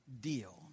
deal